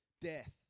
death